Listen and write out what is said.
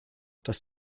das